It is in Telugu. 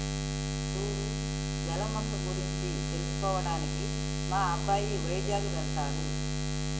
సూడు జల మొక్క గురించి తెలుసుకోవడానికి మా అబ్బాయి వైజాగ్ వెళ్ళాడు